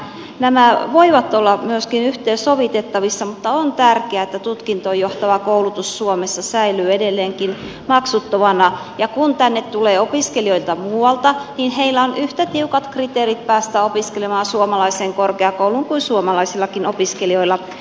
itse näen että nämä voivat olla myöskin yhteensovitettavissa mutta on tärkeää että tutkintoon johtava koulutus suomessa säilyy edelleenkin maksuttomana ja että kun tänne tulee opiskelijoita muualta heillä on yhtä tiukat kriteerit päästä opiskelemaan suomalaiseen korkeakouluun kuin suomalaisillakin opiskelijoilla